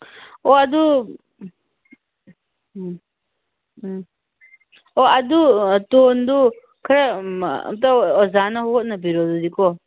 ꯑꯣ ꯑꯗꯨ ꯎꯝ ꯎꯝ ꯑꯣ ꯑꯗꯨ ꯇꯣꯟꯗꯨ ꯈꯔ ꯑꯝꯇ ꯑꯣꯖꯥꯅ ꯍꯣꯠꯅꯕꯤꯔꯣ ꯑꯗꯨꯗꯤ ꯀꯣ